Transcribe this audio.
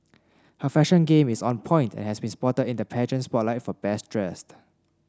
her fashion game is on point and has been spotted in the pageant spotlight for best dressed